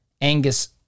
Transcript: Angus